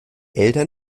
eltern